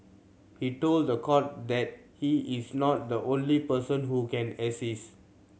he told the court that he is not the only person who can assist